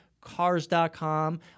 cars.com